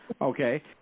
okay